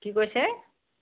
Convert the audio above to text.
কি কৈছে